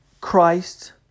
Christ